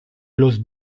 los